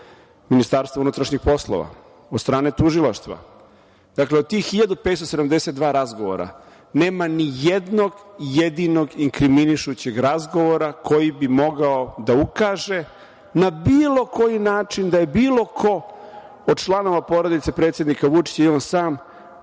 Sektora unutrašnje kontrole MUP, od strane tužilaštva, dakle, od tih 1.572 razgovora nema ni jednog jedinog inkriminušićeg razgovora koji bi mogao da ukaže na bilo koji način da je bilo ko od članova porodice predsednika Vučića i on sam